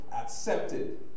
accepted